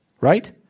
Right